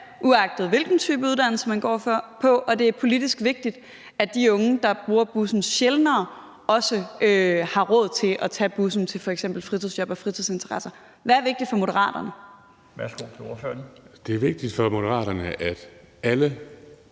uagtet hvilken type uddannelse man går på, og det er politisk vigtigt, at de unge, der bruger bussen sjældnere, også har råd til at tage bussen til f.eks. fritidsjob og fritidsinteresser. Hvad er vigtigt for Moderaterne? Kl. 17:37 Den fg. formand (Bjarne